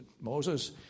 Moses